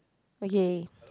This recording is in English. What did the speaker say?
okay